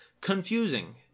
confusing